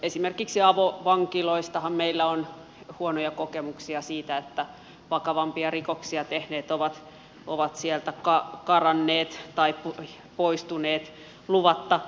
esimerkiksi avovankiloistahan meillä on huonoja kokemuksia siitä että vakavampia rikoksia tehneet ovat sieltä karanneet tai poistuneet luvatta